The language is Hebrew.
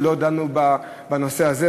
ולא דנו בנושא זה.